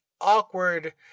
awkward